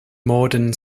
modern